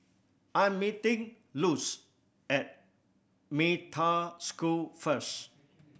I'm meeting Luz at Metta School first